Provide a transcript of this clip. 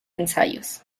ensayos